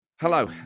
Hello